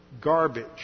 garbage